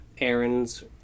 errands